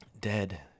dead